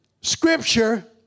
scripture